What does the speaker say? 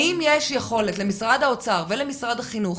האם יש יכולת למשרד האוצר ולמשרד החינוך